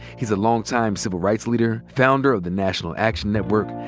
he's a long time civil rights leader, founder of the national action network,